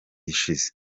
ishize